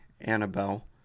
Annabelle